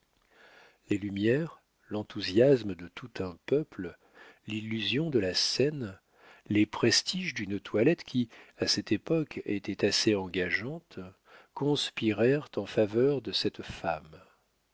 les lumières l'enthousiasme de tout un peuple l'illusion de la scène les prestiges d'une toilette qui à cette époque était assez engageante conspirèrent en faveur de cette femme